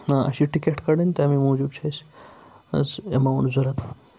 نہ اَسہِ چھِ ٹِکیٚٹ کَڑٕنۍ تَمے موٗجوٗب چھِ اَسہِ حظ ایماوُنٛٹ ضوٚرَتھ